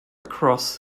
across